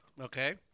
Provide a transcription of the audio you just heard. Okay